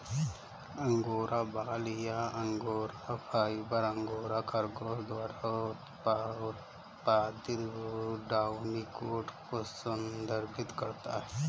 angora बाल या angora fibre, angora खरगोश द्वारा उत्पादित डाउनी कोट को संदर्भित करता है